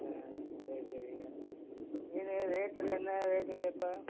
ஆ சரி சரிங்க மீன் ரேட்டு எல்லாம் என்ன ரேட்டுங்க இப்போ